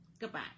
Goodbye